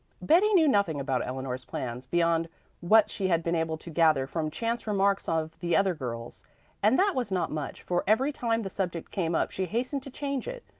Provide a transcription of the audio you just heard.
betty knew nothing about eleanor's plans, beyond what she had been able to gather from chance remarks of the other girls and that was not much, for every time the subject came up she hastened to change it,